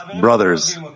brothers